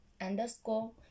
underscore